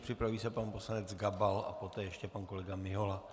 Připraví se pan poslanec Gabal, a poté ještě pan kolega Mihola.